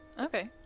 Okay